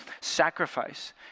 sacrifice